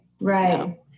right